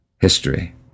history